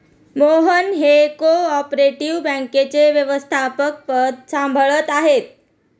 मोहन हे cooperative बँकेचे व्यवस्थापकपद सांभाळत आहेत